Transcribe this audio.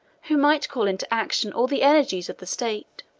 who might call into action all the energies of the state.